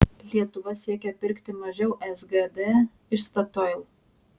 lietuva siekia pirkti mažiau sgd iš statoil